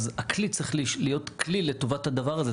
אז הכלי צריך להות כלי לטובת הדבר הזה.